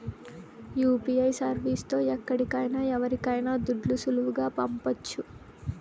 UPI service తో ఎక్కడికైనా ఎవరికైనా దుడ్లు సులువుగా పంపొచ్చు